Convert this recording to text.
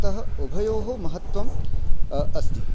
अतः उभयोः महत्वम् अस्ति